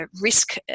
risk